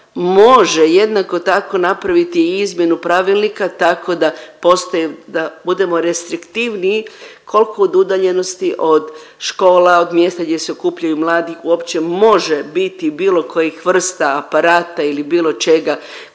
može jednako tako napraviti i izmjenu pravilnika tako da … da budemo restriktivniji kolko od udaljenosti od škola, od mjesta gdje se okupljaju mladi uopće može biti bilo kojih vrsta aparata ili bilo čega koji